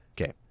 Okay